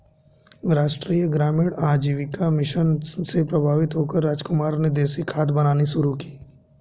राष्ट्रीय ग्रामीण आजीविका मिशन से प्रभावित होकर रामकुमार ने देसी खाद बनानी शुरू की